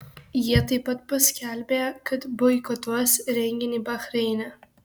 jie taip pat paskelbė kad boikotuos renginį bahreine